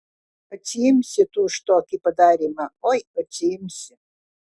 atsiimsi tu už tokį padarymą oi atsiimsi